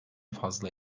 fazla